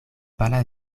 pala